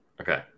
Okay